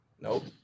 nope